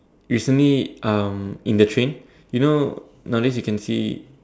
recently um in the train you know nowadays you can see